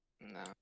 no